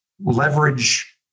leverage